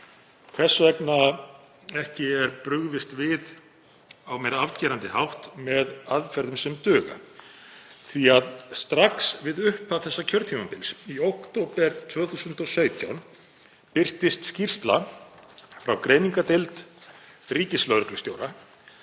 hvers vegna ekki er brugðist við á meira afgerandi hátt með aðferðum sem duga, því að strax við upphaf þessa kjörtímabils, í október 2017, birtist skýrsla frá greiningardeild ríkislögreglustjóra